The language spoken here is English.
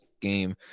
game